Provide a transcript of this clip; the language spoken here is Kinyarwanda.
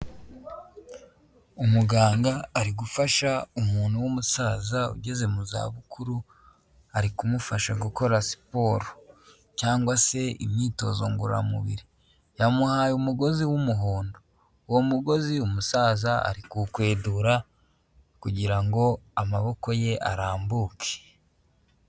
Umuganga ari gufasha umuntu w'umusaza ugeze mu za bukuru ari kumufasha gukora siporo cyangwa se imyitozo ngororamubiri, yamuhaye umugozi wumuhondo uwo mugozi umusaza ari kukwedu kugirango amaboko ye arambuke.